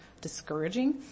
discouraging